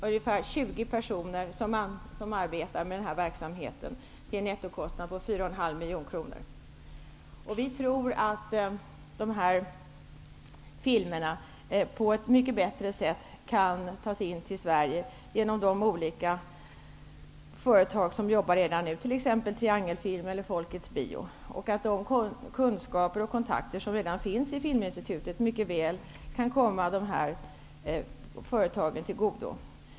Ungefär 20 personer arbetar med den här verksamheten, till en nettokostnad om 4,5 miljoner kronor. Vi tror att filmerna kan tas in till Sverige på ett mycket bättre sätt genom de olika företag som redan nu finns, t.ex. Triangelfilm, eller Riksföreningen Folkets Bio. De kunskaper och kontakter som redan finns hos Filminstitutet kan mycket väl komma dessa till godo.